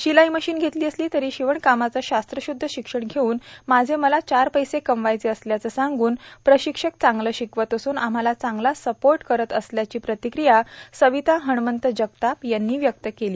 शिलाई मशिन घेतली असली तरी शिवणकामाच शास्त्रश्ध्द शिक्षण घेउन माझे मला चार पैसे कमवायचे असल्याच सांग्न प्रशिक्षक चांगल शिकवत अस्न आम्हाला चांगला सपोर्ट करीत असल्याची प्रतिक्रिया सविता हणमंत जगताप यांनी व्यक्त केली